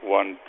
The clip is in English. one